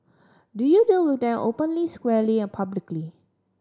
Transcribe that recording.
do you deal with their openly squarely and publicly